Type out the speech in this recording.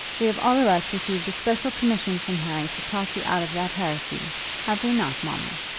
we have all of us received a special commission from harry to talk you out of that heresy have we not, mamma?